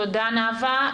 תודה, נאוה.